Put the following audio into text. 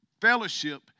Fellowship